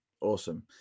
Awesome